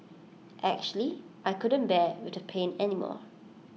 actually I couldn't bear with the pain anymore